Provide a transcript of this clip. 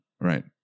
right